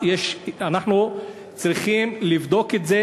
אנחנו צריכים לבדוק את זה,